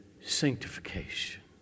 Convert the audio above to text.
sanctification